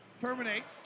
terminates